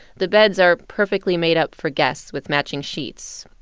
the beds are perfectly made up for guests with matching sheets,